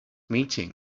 meeting